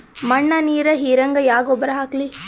ಮಣ್ಣ ನೀರ ಹೀರಂಗ ಯಾ ಗೊಬ್ಬರ ಹಾಕ್ಲಿ?